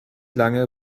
lange